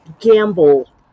gamble